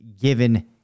given